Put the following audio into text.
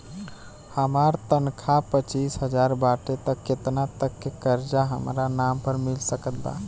हमार तनख़ाह पच्चिस हज़ार बाटे त केतना तक के कर्जा हमरा नाम पर मिल सकत बा?